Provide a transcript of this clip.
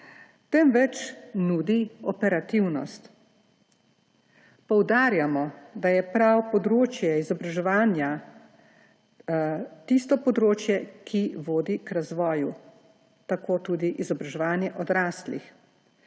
temveč nudi operativnost. Poudarjamo, da je prav področje izobraževanja tisto področje, ki vodi k razvoju, tako tudi izobraževanje odraslih,